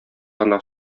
гына